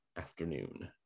afternoon